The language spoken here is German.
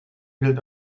gilt